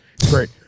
great